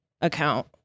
account